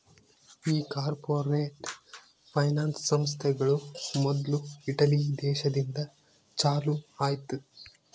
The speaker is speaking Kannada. ಈ ಕಾರ್ಪೊರೇಟ್ ಫೈನಾನ್ಸ್ ಸಂಸ್ಥೆಗಳು ಮೊದ್ಲು ಇಟಲಿ ದೇಶದಿಂದ ಚಾಲೂ ಆಯ್ತ್